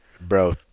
Bro